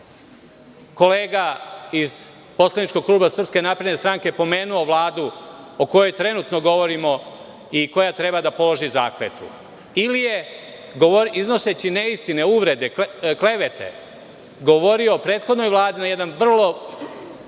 kolega iz poslaničkog kluba SNS pomenuo Vladu o kojoj trenutno govorimo i koja treba da položi zakletvu? Ili je iznoseći neistine, uvrede, klevete, govorio o prethodnoj Vladi na jedan način